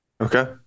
Okay